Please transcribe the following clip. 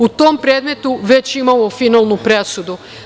U tom predmetu već imamo finalnu presudu.